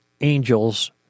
angels